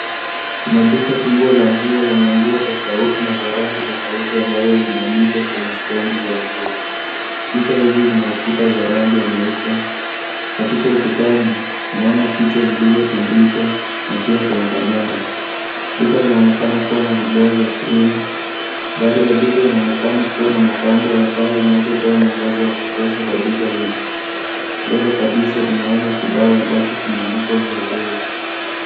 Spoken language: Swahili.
Kuna duka kubwa la nguo lenye nguo tafauti na za rangi tafauti ambao zimeanikwa kweney stendi za nguo. Duka hili ukuta za rangi ya nyeupe katika ukutani tunaona picha zilizotundikwa na pia kuna kamera. Duka inaonekana kuwa na vigae vya krimu. Dari ya duka inaonekana kuwa na mapambo ya taa zinazotoa mwangaza wa kutosha kwa duka hili. Mbele kabisa tunaona kibao ambacho kimeandikwa Huawei.